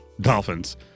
Dolphins